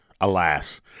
Alas